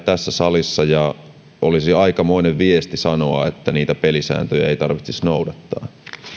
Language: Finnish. tässä salissa ja olisi aikamoinen viesti sanoa että niitä pelisääntöjä ei tarvitsisi noudattaa